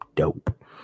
Dope